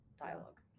dialogue